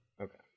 Okay